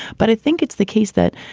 but i think it's the case that,